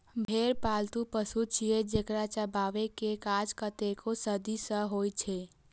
भेड़ पालतु पशु छियै, जेकरा चराबै के काज कतेको सदी सं होइ छै